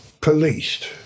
policed